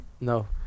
No